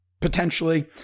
Potentially